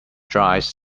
dries